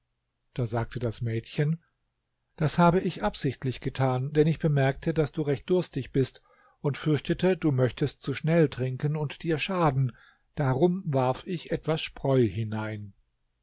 da sagte das mädchen das habe ich absichtlich getan denn ich bemerkte daß du recht durstig bist und fürchtete du möchtest zu schnell trinken und dir schaden darum warf ich etwas spreu hinein